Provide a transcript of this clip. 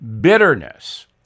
bitterness